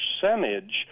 percentage